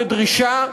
בדרישה,